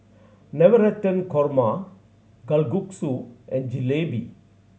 Navratan Korma Kalguksu and Jalebi